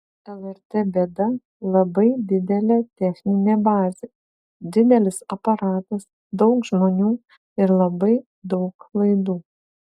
lrt bėda labai didelė techninė bazė didelis aparatas daug žmonių ir labai daug laidų